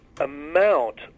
amount